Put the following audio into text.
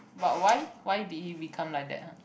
but why why did he become like that !huh!